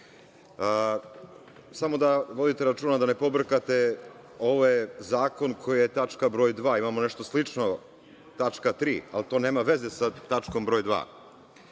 Samo vodite računa da ne pobrkate ovo je zakon koji je tačka br. 2, imamo nešto slično, tačka 3, ali to nema veze sa tačkom br.